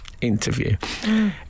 interview